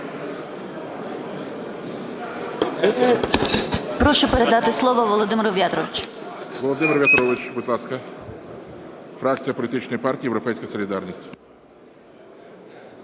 Прошу передати слово Володимиру В'ятровичу. ГОЛОВУЮЧИЙ. Володимир В'ятрович, будь ласка, фракція політичної партії "Європейська солідарність".